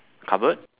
cupboard